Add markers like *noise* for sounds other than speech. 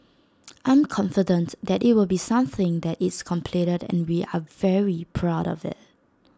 *noise* I'm confident that IT will be something that it's completed and we are very proud of IT